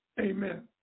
Amen